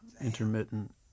intermittent